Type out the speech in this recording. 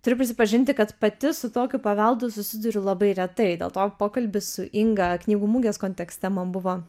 turiu prisipažinti kad pati su tokiu paveldu susiduriu labai retai dėl to pokalbis su inga knygų mugės kontekste man buvo